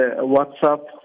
WhatsApp